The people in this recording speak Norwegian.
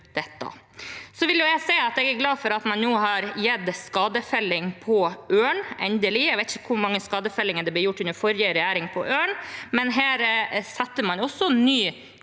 Jeg er glad for at man nå endelig har gitt skadefelling på ørn. Jeg vet ikke hvor mange skadefellinger på ørn det ble gjort under forrige regjering, men her setter man også ny